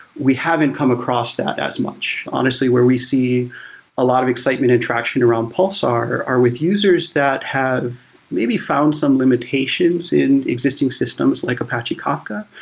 we haven't come across that as much. honestly, where we see a lot of excitement and attraction around pulsar are with users that have maybe found some limitations in existing systems, like apache kafka,